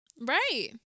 right